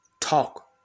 talk